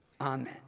Amen